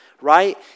right